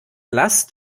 last